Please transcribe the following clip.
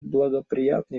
благоприятный